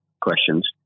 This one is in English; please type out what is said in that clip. questions